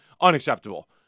unacceptable